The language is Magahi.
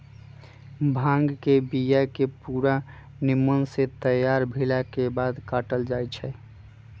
भांग के बिया के पूरा निम्मन से तैयार भेलाके बाद काटल जाइ छै